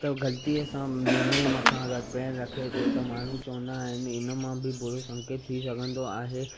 त गलतीअ सां लीमें मथां अगरि पैर रखे थो त माण्हू चवंदा आहिनि इन मां बि बुरो संकेत थी सघंदो आहे